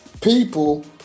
people